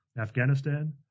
Afghanistan